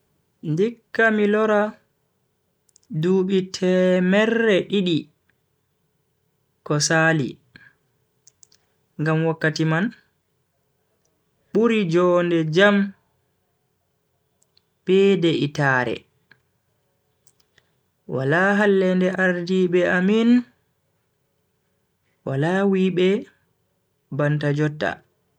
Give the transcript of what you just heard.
Ndikka mi lora dubi temerre didi ko Sali ngam wakkati man buri njonde jam be de'itaare. wala hallende ardiibe amin, wala wuibe banta jotta.